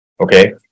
Okay